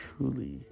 truly